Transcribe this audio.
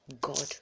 God